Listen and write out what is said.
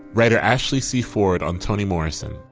writer ashley see for it. i'm toni morrison.